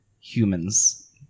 humans